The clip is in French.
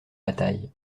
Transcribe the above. bataille